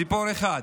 ציפור אחת,